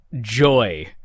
joy